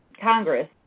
Congress